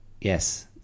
yes